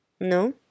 No